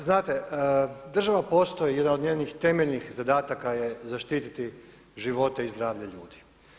Znate, država postoji, jedan od njenih temeljnih zadataka je zaštiti živote i zdravlje ljudi.